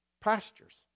pastures